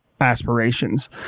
aspirations